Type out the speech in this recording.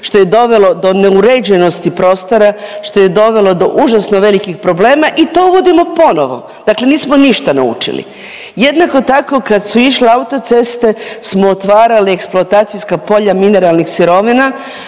što je dovelo do neuređenosti prostora, što je dovelo do užasno velikih problema i to uvodimo ponovo. Dakle, nismo ništa naučili. Jednako tako kad su išle autoceste smo otvarali eksploatacijska polja mineralnih sirovina